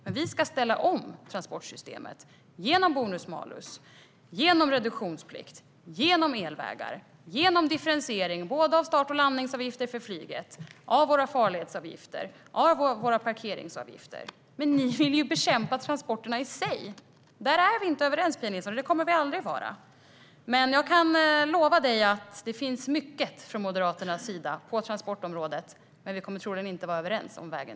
Men vi ska ställa om transportsystemet genom bonus-malus, genom reduktionsplikt, genom elvägar och genom differentiering av start och landningsavgifter för flyget, av farledsavgifter och av parkeringsavgifter. Ni vill bekämpa transporterna i sig. Där är vi inte överens, Pia Nilsson. Det kommer vi aldrig att vara. Men jag kan lova dig att det finns mycket från Moderaternas sida på transportområdet, även om vi troligen inte kommer att vara överens om vägen.